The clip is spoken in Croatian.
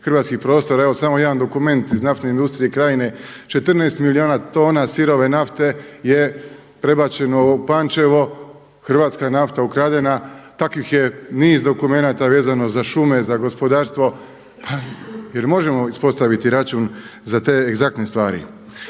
hrvatskih prostora. Evo samo jedan dokument iz naftne industrije Krajine 14 milijuna tona sirove nafte je prebačeno u Pančevo, hrvatska nafta je ukradena. Takvih je niz dokumenata vezano za šume, za gospodarstvo. Pa jer možemo ispostaviti račun za te egzaktne stvari?